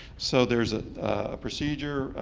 so there's a procedure,